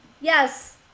Yes